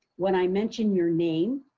when i mention your name,